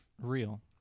real